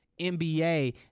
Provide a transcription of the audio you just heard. nba